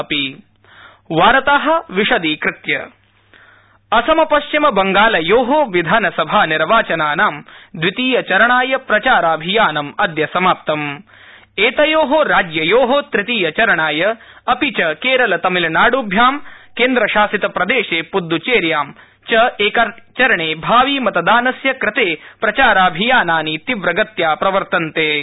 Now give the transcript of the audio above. असम पश्चिमबंगाल निर्वाचनानि असम पश्चिम बंगालयोः विधानसभा निर्वाचनानां दवितीयचरणाय प्रचाराभियानम अदय समाप्तम ि एतयोः उभयोः राज्ययोः तृतीयचरणाय अपि च केरल तमिलनाडुभ्यां केन्द्रशासित प्रदेशे प्रदद्वचेर्याम एकचरणे भाविमतदानस्य कृते प्रचाराभियानानि तीव्रगत्याप्रवर्तन्ते